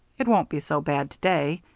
it won't be so bad to-day.